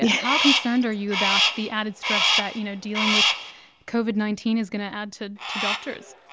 how concerned are you about the added stress that you know dealing with covid nineteen is going to add to to doctors?